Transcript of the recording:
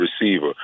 receiver